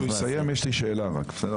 כשהוא יסיים, יש לי רק שאלה, בסדר?